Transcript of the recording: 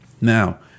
Now